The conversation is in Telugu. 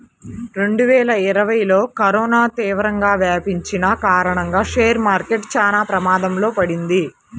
రెండువేల ఇరవైలో కరోనా తీవ్రంగా వ్యాపించిన కారణంగా షేర్ మార్కెట్ చానా ప్రమాదంలో పడింది